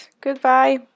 Goodbye